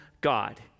God